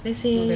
let's say